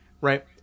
right